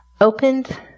opened